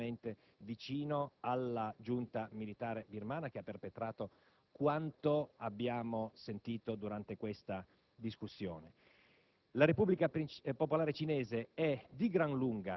così costantemente e direi acriticamente vicino alla giunta militare birmana, che ha perpetrato tutto quanto abbiamo sentito nel corso di questa discussione.